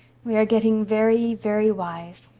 we are getting very, very wise,